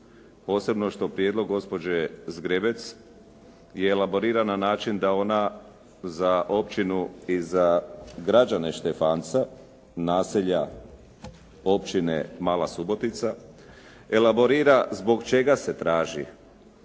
posebno što prijedlog gospođe Zgrebec je elaboriran na način da ona za općinu i za građane Štefanca, naselja, općine Mala Subotica, elaborira zbog čega se traži